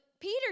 Peter